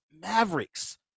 Mavericks